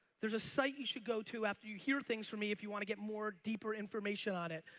there's a site you should go to after you hear things from me if you want to get more deeper information on it.